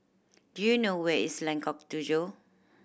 do you know where is Lengkok Tujoh